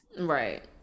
Right